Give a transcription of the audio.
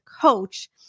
Coach